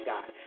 God